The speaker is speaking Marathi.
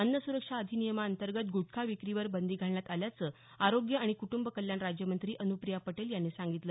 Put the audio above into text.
अन्न सुरक्षा अधिनियमाअंतर्गत गुटखा विक्रीवर बंदी घालण्यात आल्याचं आरोग्य आणि कुटंब कल्याण राज्यमंत्री अनुप्रिया पटेल यांनी सांगितलं